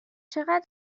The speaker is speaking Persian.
چقدر